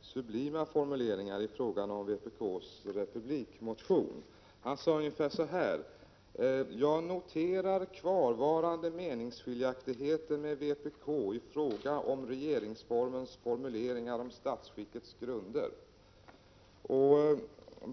sublima formuleringar beträffande vpk:s republikmotion. Han sade ungefär så här: Jag noterar kvarvarande meningsskiljaktigheter med vpk i fråga om regeringsformens formuleringar om statsskickets grunder.